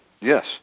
Yes